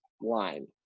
line